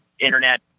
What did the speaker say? internet